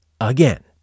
again